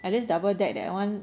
at least double deck that one